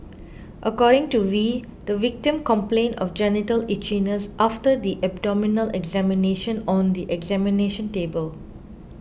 according to Wee the victim complained of genital itchiness after the abdominal examination on the examination table